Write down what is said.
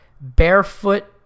barefoot